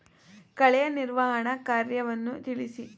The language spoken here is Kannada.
ಕಳೆಯ ನಿರ್ವಹಣಾ ಕಾರ್ಯವನ್ನು ತಿಳಿಸಿ?